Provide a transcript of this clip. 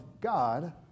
God